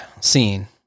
scene